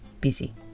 Busy